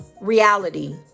reality